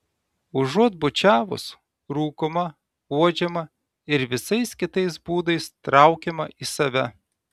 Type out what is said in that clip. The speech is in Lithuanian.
užuot bučiavus rūkoma uodžiama ir visais kitais būdais traukiama į save